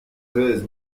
treize